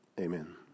Amen